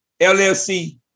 LLC